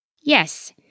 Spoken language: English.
Yes